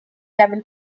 level